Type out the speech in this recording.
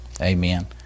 amen